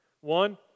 One